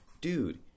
dude